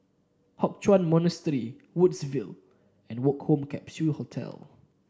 Hock Chuan Monastery Woodsville and Woke Home Capsule Hostel